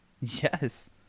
Yes